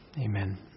Amen